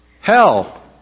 Hell